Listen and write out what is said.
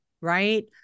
right